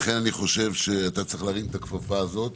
לכן אני חושב שאתה צריך להרים את הכפפה הזאת,